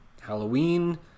halloween